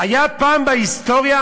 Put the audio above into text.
היה פעם בהיסטוריה?